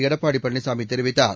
எடப்பாடி பழனிசாமி தெரிவித்தார்